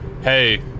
Hey